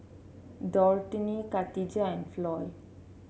Dorthey Khadijah and Floy